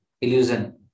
illusion